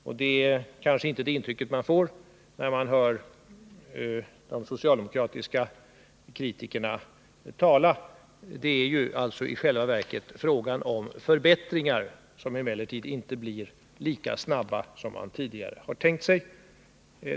Kanske får man inte det intrycket när man hör de socialdemokratiska kritikerna tala. Det är ju i själva verket fråga om förbättringar, som emellertid inte kan ske lika snabbt som man tidigare tänkt sig.